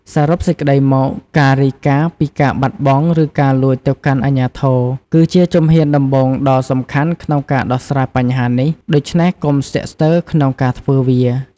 សរុបសេចក្ដីមក ការរាយការណ៍ពីការបាត់បង់ ឬការលួចទៅកាន់អាជ្ញាធរ គឺជាជំហានដំបូងដ៏សំខាន់ក្នុងការដោះស្រាយបញ្ហានេះ ដូច្នេះកុំស្ទាក់ស្ទើរក្នុងការធ្វើវា។